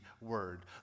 word